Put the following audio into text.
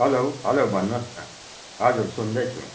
hello hello भन्नु होस् न हजुर सुन्दैछु